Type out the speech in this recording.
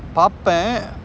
பாப்பேன்:paappean